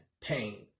Pain